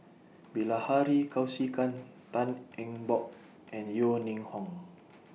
Bilahari Kausikan Tan Eng Bock and Yeo Ning Hong